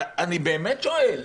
אני באמת שואל,